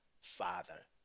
father